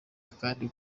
kandi